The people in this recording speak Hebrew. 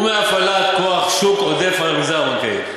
ומהפעלת כוח שוק עודף על המגזר הבנקאי.